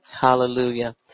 Hallelujah